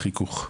החיכוך.